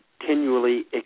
continually